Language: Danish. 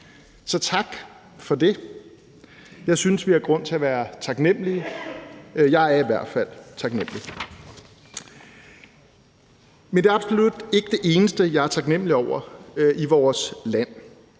Så tak for det. Jeg synes, at vi har grund til at være taknemlige – jeg er i hvert fald taknemlig. Men det er absolut ikke det eneste, jeg er taknemlig over i vores land.